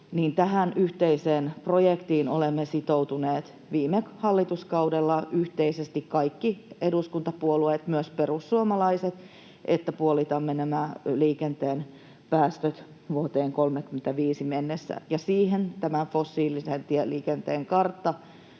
sukupolvia, niin olemme sitoutuneet viime hallituskaudella yhteisesti — kaikki eduskuntapuolueet, myös perussuomalaiset — tähän yhteiseen projektiin, että puolitamme nämä liikenteen päästöt vuoteen 35 mennessä. Siihen tämä fossiilisen tieliikenteen kartta